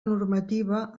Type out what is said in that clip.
normativa